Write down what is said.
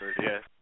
yes